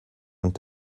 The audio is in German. und